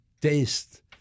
taste